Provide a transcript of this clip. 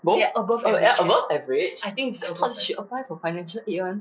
both both above above average I thought she apply for financial aid [one]